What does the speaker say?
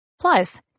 Plus